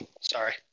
Sorry